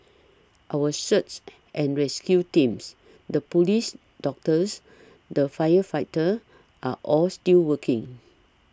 our search and rescue teams the police doctors the firefighters are all still working